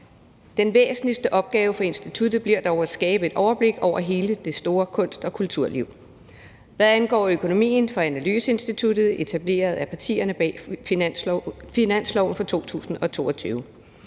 Den væsentligste opgave for instituttet bliver dog at skabe et overblik over hele det store kunst- og kulturliv. Hvad angår økonomien for analyseinstituttet, er den etableret af partierne bag finansloven for 2022.